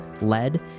lead